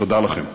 תודה לכם.